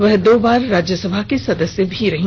वह दो बार राज्यसभा की सदस्य भी रही